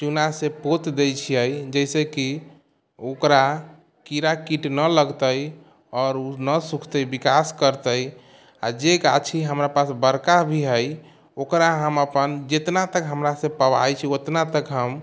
चूनासँ पोति दै छिए जइसेकि ओकरा कीड़ा कीट नहि लगतै आओर ओ नहि सुखतै विकास करतै आओर जे गाछी हमर पास बड़का भी हइ ओकरा हम अपन जतना तक हमरासँ पबै छै ओतना तक हम